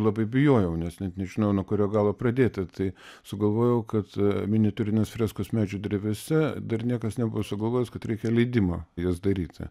labai bijojau nes net nežinau nuo kurio galo pradėti tai sugalvojau kad miniatiūrinės freskos medžių drevėse dar niekas nebuvo sugalvojęs kad reikia leidimo jas daryti